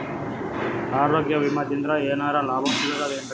ಆರೋಗ್ಯ ವಿಮಾದಿಂದ ಏನರ್ ಲಾಭ ಸಿಗತದೇನ್ರಿ?